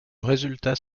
résultat